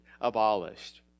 abolished